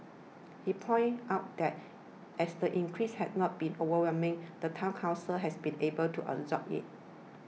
he pointed out that as the increase has not been overwhelming the Town Council has been able to absorb it